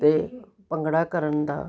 ਅਤੇ ਭੰਗੜਾ ਕਰਨ ਦਾ